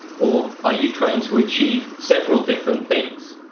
or are you trying to achieve several different things?